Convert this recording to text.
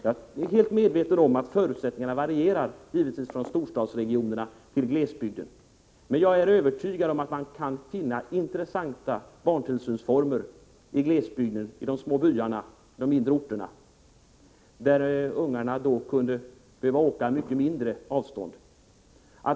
Jag är helt medveten om att förutsättningarna varierar från storstadsregionerna till glesbygden, men jag är övertygad om att man kan finna intressanta barntillsynsformer i glesbygderna, i de små byarna och på småorterna, som kunde göra det möjligt för barnen att få mycket kortare resavstånd.